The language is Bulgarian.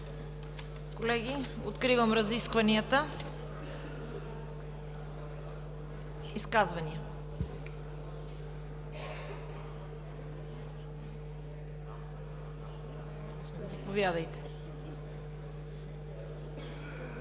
Колеги, откривам разискванията. Изказвания? Заповядайте.